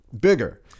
bigger